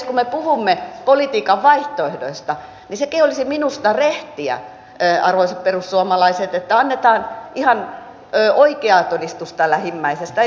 kun me puhumme politiikan vaihtoehdoista niin sekin olisi minusta rehtiä arvoisat perussuomalaiset että annetaan ihan oikea todistus lähimmäisestä